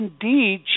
indeed